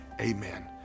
amen